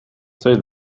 say